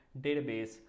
database